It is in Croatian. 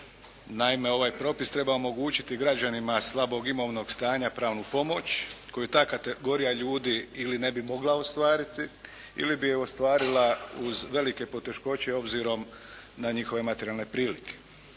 Naime, ovaj propis treba omogućiti građanima slabog imovnog stanja pravnu pomoć koju ta kategorija ljudi ili ne bi mogla ostvariti ili bi je ostvarila uz velike poteškoće obzirom na njihove materijalne prilike.